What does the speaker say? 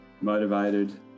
motivated